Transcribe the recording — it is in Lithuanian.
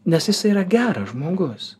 nes jis yra geras žmogus